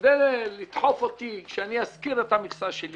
כדי לדחוף אותי שאני אשכיר את המכסה שלי